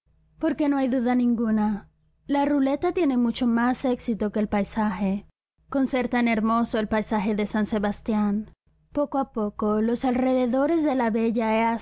encantado porque no hay duda ninguna la ruleta tiene mucho más éxito que el paisaje con ser tan hermoso el paisaje de san sebastián poco a poco los alrededores de la bella